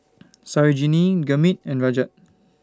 Sarojini Gurmeet and Rajat